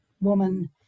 woman